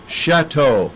chateau